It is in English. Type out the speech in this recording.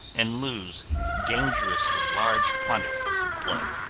and lose dangerously large quantities of blood.